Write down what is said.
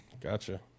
Gotcha